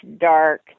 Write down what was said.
dark